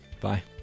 Bye